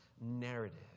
narrative